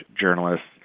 journalists